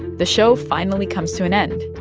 the show finally comes to an end.